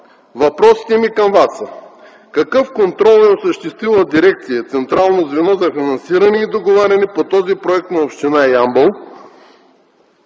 Въпросите ми към Вас са: Какъв контрол е осъществила дирекция „Централно звено за финансиране и договаряне” по този проект на община Ямбол?